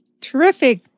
Terrific